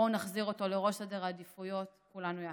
בואו נחזיר אותו לראש סדר העדיפויות כולנו יחד.